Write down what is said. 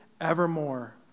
evermore